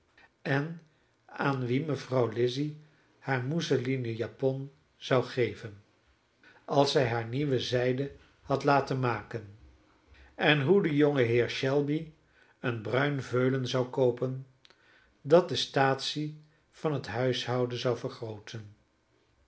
en aan wie mevrouw lizzy haar mousselinen japon zou geven als zij haar nieuwe zijden had laten maken en hoe de jongeheer shelby een bruin veulen zou koopen dat de staatsie van het huishouden zou vergrooten